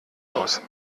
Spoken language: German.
aus